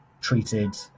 treated